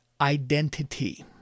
identity